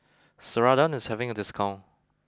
Ceradan is having a discount